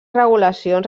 regulacions